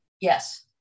Yes